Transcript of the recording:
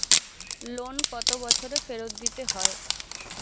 Loan কত বছরে ফেরত দিতে হয়?